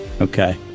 Okay